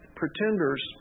pretenders